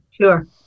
Sure